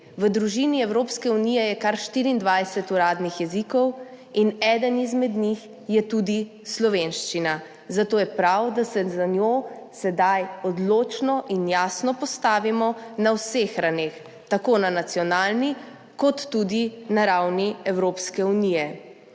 V družini Evropske unije je kar 24 uradnih jezikov in eden izmed njih je tudi slovenščina, zato je prav, da se zanjo sedaj odločno in jasno postavimo na vseh ravneh, tako na nacionalni kot tudi na ravni Evropske unije.